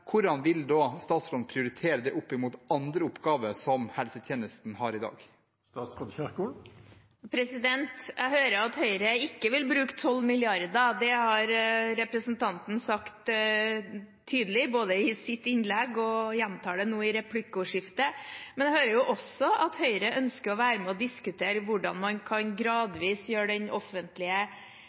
hvordan vil statsråden da prioritere det opp mot andre oppgaver som helsetjenesten har i dag? Jeg hører at Høyre ikke vil bruke 12 mrd. kr, det har representanten sagt tydelig i sitt innlegg og gjentar det nå i replikkordskiftet. Jeg hører også at Høyre ønsker å være med og diskutere hvordan man gradvis kan gjøre den offentlige